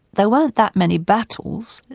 there weren't that many battles.